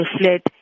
fled